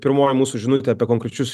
pirmoji mūsų žinutė apie konkrečius